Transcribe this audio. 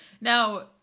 Now